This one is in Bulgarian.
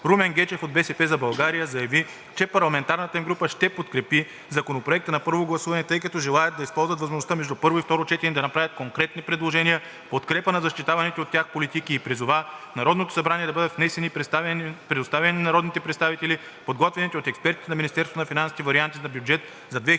Румен Гечев от „БСП за България“ заяви, че парламентарната им група ще подкрепи Законопроекта на първо гласуване, тъй като желаят да използват възможността между първо и второ четене да направят конкретни предложения в подкрепа на защитаваните от тях политики и призова в Народното събрание да бъдат внесени и предоставени на народните представители подготвените от експертите на Министерството на финансите варианти на бюджет за 2023 г.